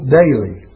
daily